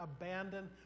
abandoned